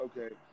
Okay